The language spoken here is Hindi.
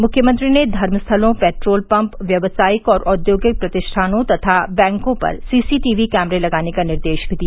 मुख्यमंत्री ने धर्मस्थलों पेट्रोल पम्प व्यवसायिक और औद्योगिक प्रतिष्ठानों तथा बैंकों पर सी सीटीवी कैमरे लगाने का निर्देश भी दिया